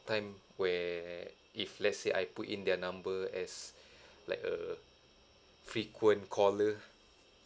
time where if let's say I put in their number as like a frequent caller